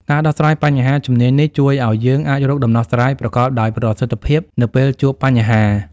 ការដោះស្រាយបញ្ហាជំនាញនេះជួយឲ្យយើងអាចរកដំណោះស្រាយប្រកបដោយប្រសិទ្ធភាពនៅពេលជួបបញ្ហា។